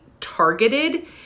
targeted